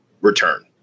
return